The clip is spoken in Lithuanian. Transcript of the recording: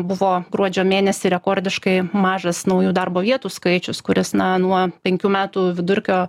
buvo gruodžio mėnesį rekordiškai mažas naujų darbo vietų skaičius kuris na nuo penkių metų vidurkio